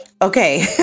Okay